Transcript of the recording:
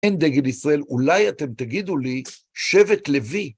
אין דגל ישראל, אולי אתם תגידו לי שבט לוי.